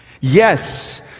Yes